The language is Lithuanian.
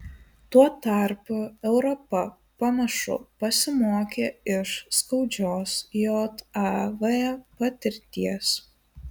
tuo tarpu europa panašu pasimokė iš skaudžios jav patirties